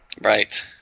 Right